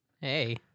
Hey